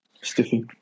Stiffy